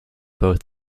both